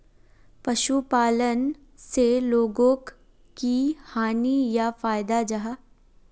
पशुपालन से लोगोक की हानि या फायदा जाहा?